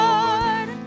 Lord